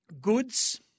Goods